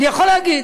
אני יכול להגיד.